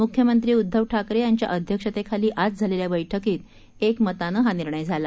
मुख्यमंत्री उद्दव ठाकरे यांच्या अध्यक्षतेखाली आज झालेल्या बैठकीत एकमतानं हा निर्णय झाला